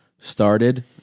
started